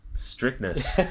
Strictness